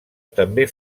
també